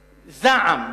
זעם,